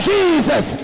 Jesus